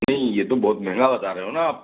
नहीं ये तो बहुत महंगा बता रहे हो ना आप